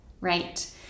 right